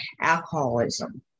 alcoholism